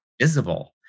visible